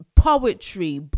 Poetry